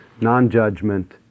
non-judgment